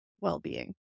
well-being